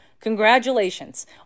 congratulations